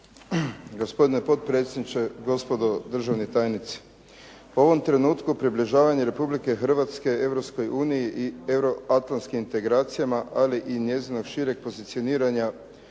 Gospodine potpredsjedniče, gospodo državni tajnici. U ovom trenutku približavanje Republike Hrvatske Europskoj uniji i euroatlanskim integracijama ali i njezinog šireg pozicioniranja